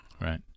Right